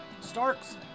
Starks